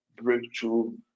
breakthrough